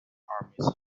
armies